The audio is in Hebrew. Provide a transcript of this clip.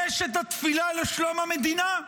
יש התפילה לשלום המדינה?